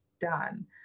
done